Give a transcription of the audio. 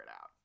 out